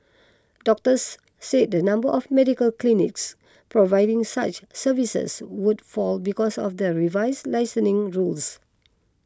doctors said the number of medical clinics providing such services would fall because of the revised licensing rules